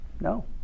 No